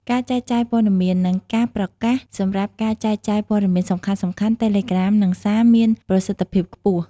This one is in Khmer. ការចែកចាយព័ត៌មាន និងការប្រកាសសម្រាប់ការចែកចាយព័ត៌មានសំខាន់ៗ តេឡេក្រាម និង សារ មានប្រសិទ្ធភាពខ្ពស់។